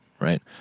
Right